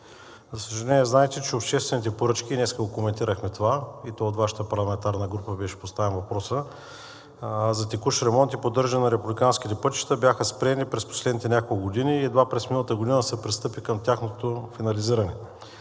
За съжаление, знаете, че обществените поръчки – днес го коментирахме това, и то от Вашата парламентарна група беше поставен въпросът, за текущ ремонт и поддържане на републиканските пътища бяха спрени през последните няколко години и едва през миналата година се пристъпи към тяхното финализиране.